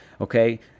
okay